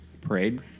Parade